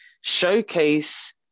showcase